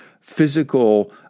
physical